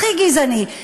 הכי גזעני.